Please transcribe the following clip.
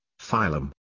Phylum